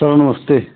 sir नमस्ते